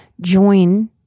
join